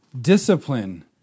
Discipline